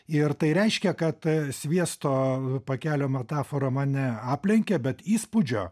ir tai reiškia kad sviesto pakelio metafora mane aplenkia bet įspūdžio